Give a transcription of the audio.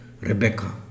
Rebecca